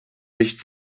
nicht